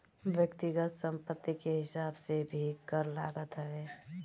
व्यक्तिगत संपत्ति के हिसाब से भी कर लागत हवे